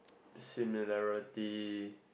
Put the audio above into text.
similarity